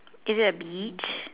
is it a beach